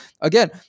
again